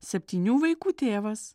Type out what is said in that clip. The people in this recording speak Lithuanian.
septynių vaikų tėvas